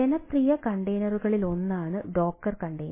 ജനപ്രിയ കണ്ടെയ്നറുകളിലൊന്നാണ് Docker container